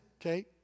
okay